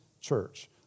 church